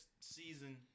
season